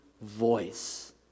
voice